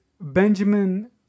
Benjamin